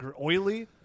oily